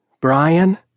Brian